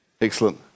excellent